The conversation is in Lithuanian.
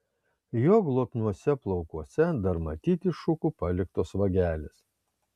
jo glotniuose plaukuose dar matyti šukų paliktos vagelės